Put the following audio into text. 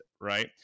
Right